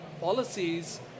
policies